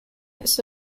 its